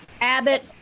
Abbott